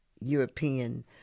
European